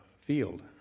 field